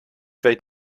weet